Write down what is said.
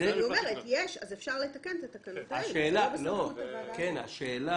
אז אפשר לתקן את התקנות האלה אבל זה לא בסמכות הוועדה הזאת.